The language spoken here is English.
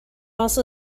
also